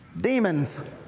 Demons